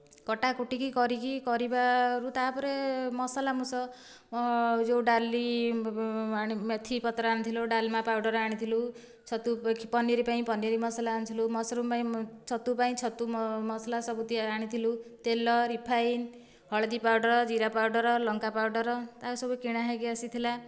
କଟା କୁଟିକି କରିକି କରିବାରୁ ତା'ପରେ ମସଲା ଯେଉଁ ଡାଲି ମେଥି ପତ୍ର ଆଣିଥିଲୁ ଡାଲମା ପାଉଡ଼ର୍ ଆଣିଥିଲୁ ଛତୁ ପନିର ପାଇଁ ପନିର ମସଲା ଆଣିଥିଲୁ ମସ୍ରୁମ୍ ପାଇଁ ଛତୁ ଛତୁ ପାଇଁ ମସଲା ସବୁ ଆଣିଥିଲୁ ତେଲ ରିଫାଇନ୍ ହଳଦୀ ପାଉଡ଼ର୍ ଜିରା ପାଉଡ଼ର୍ ଲଙ୍କା ପାଉଡ଼ର୍ ତାହା ସବୁ କିଣା ହୋଇକି ଆସିଥିଲା